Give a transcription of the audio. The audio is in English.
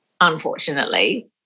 unfortunately